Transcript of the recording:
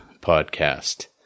podcast